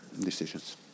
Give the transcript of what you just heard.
decisions